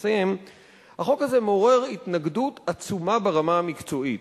החוק הזה מעורר התנגדות עצומה ברמה המקצועית.